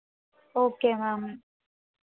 okay ma'am